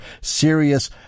serious